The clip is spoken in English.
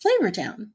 Flavortown